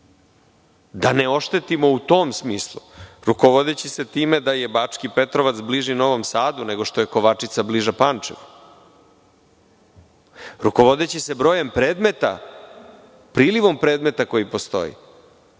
da ne oštetimo u tom smislu. Rukovodeći se time da je Bački Petrovac bliži Novom Sadu, nego što je Kovačica bliža Pančevu, rukovodeći se brojem predmeta, prilivom predmeta koji postoji.